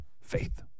Faith